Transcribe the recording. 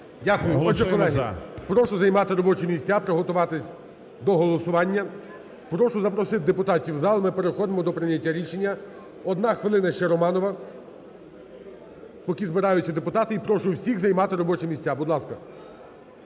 колеги, прошу займати робочі місця, приготуватись до голосування. Прошу запросити депутатів у зал, ми переходимо до прийняття рішення. Одна хвилина ще Романова, поки збираються депутати. І прошу всіх займати робочі місця. Будь ласка.